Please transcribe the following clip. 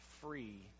free